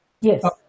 Yes